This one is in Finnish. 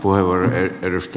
arvoisa puhemies